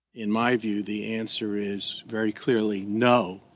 in my view, the answer is very clearly no.